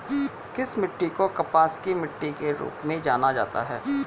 किस मिट्टी को कपास की मिट्टी के रूप में जाना जाता है?